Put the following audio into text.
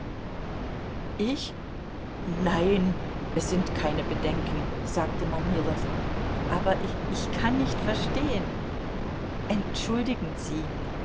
ich nein es sind keine bedenken sagte manilow aber ich kann nicht verstehen entschuldigen sie